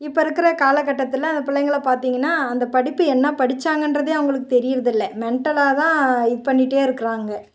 இப்போ இருக்கிற காலக்கட்டத்தில் அந்த பிள்ளைங்கள பார்த்திங்கன்னா அந்த படிப்பு என்ன படிச்சாங்கன்றதே அவங்களுக்கு தெரியறதில்ல மெண்டலாக தான் இது பண்ணிகிட்டே இருக்கிறாங்க